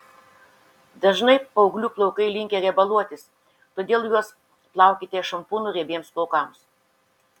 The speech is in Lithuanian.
dažnai paauglių plaukai linkę riebaluotis todėl juos plaukite šampūnu riebiems plaukams